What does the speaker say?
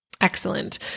Excellent